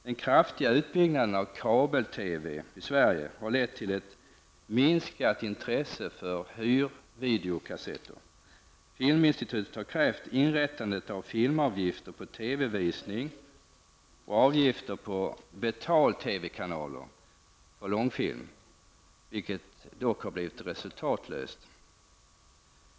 Den kraftiga utbyggnaden av kabel-TV i Sverige har lett till ett minskat intresse för hyrvideokassetter. Filminstitutet har krävt inrättande av filmavgifter på TV-visning och avgifter på betal-TV-kanaler för långfilm. Något resultat har dock inte kravet medfört.